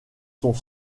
sont